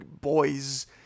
boys